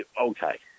okay